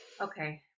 okay